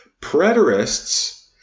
preterists